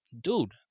dude